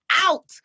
out